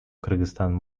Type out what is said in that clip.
кыргызстан